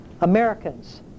Americans